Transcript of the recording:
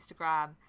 Instagram